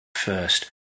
first